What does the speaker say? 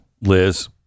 Liz